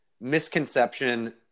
misconception